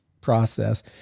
process